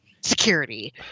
security